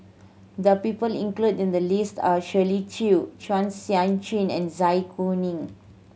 the people included in the list are Shirley Chew Chua Sian Chin and Zai Kuning